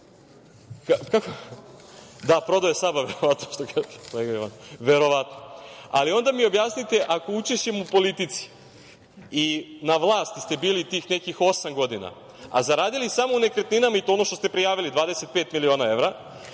Da, prodao je SAB-a, verovatno, što kaže kolega Jovanov, verovatno. Onda mi objasnite, ako učešćem u politici i na vlasti ste bili tih nekih osam godina, a zaradili samo u nekretninama, i to ono što ste prijavili, 25 miliona evra,